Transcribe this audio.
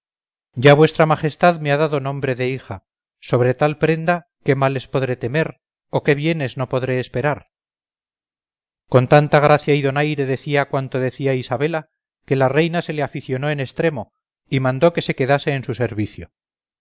ya v m me ha dado nombre de hija sobre tal prenda qué males podré temer o qué bienes no podré esperar con tanta gracia y donaire decía cuanto decía isabela que la reina se le aficionó en extremo y mandó que se quedase en su servicio